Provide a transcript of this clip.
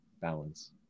Balance